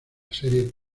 serie